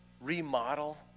remodel